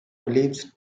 olives